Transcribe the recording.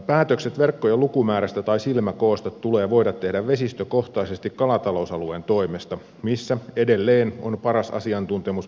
päätökset verkkojen lukumäärästä tai silmäkoosta tulee voida tehdä vesistökohtaisesti kalatalousalueen toimesta missä edelleen on paras asiantuntemus paikallisista olosuhteista